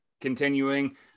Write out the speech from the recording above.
continuing